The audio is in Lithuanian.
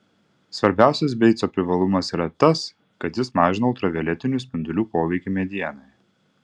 svarbiausias beico privalumas yra tas kad jis mažina ultravioletinių spindulių poveikį medienai